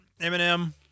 Eminem